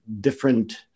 different